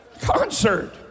Concert